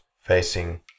facing